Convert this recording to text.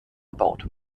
erbaut